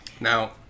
Now